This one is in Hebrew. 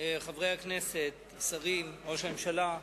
חברי הכנסת, שרים, ראש הממשלה,